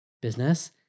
business